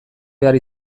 behar